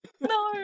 No